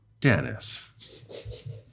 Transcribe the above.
Dennis